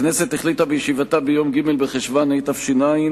הכנסת החליטה בישיבתה ביום ג' בחשוון התש"ע,